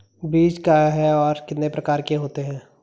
बीज क्या है और कितने प्रकार के होते हैं?